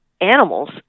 animals